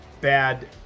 bad